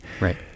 Right